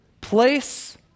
place